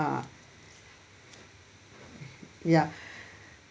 uh ya